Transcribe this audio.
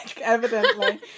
evidently